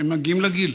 הם מגיעים לגיל.